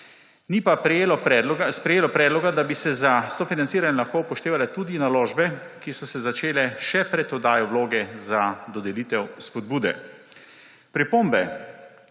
Ni pa sprejelo predloga, da bi se za sofinanciranje lahko upoštevale tudi naložbe, ki so se začele še pred oddajo vloge za dodelitev spodbude. Pripombe,